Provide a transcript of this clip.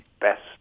best